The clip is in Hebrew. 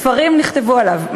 ספרים נכתבו עליו,